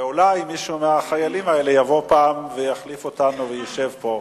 ואולי מישהו מהחיילים האלה יבוא פעם ויחליף אותנו וישב פה.